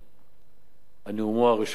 על נאומו הראשון.